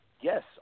yes